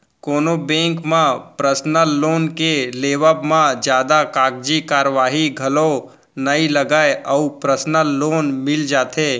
कोनो बेंक म personal loan के लेवब म जादा कागजी कारवाही घलौ नइ लगय अउ परसनल लोन मिल जाथे